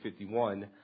51